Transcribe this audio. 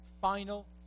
final